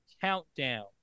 Countdown